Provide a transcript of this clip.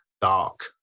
dark